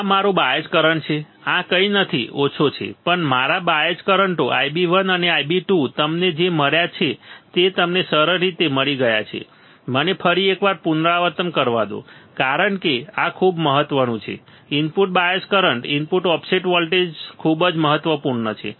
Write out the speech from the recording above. આ મારો bias current છે આ કંઈ નથી ઓછો છે પણ મારા બાયઝ કરંટો Ib1 અને Ib2 તમને જે મળ્યા તે તમને સરળ રીતે મળી ગયા છે મને ફરી એક વાર પુનરાવર્તન કરવા દો કારણ કે આ ખૂબ મહત્વનું છે input bias current input offset voltage ખૂબ જ મહત્વપૂર્ણ છે